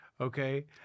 okay